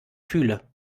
fühle